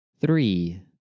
Three